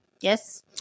yes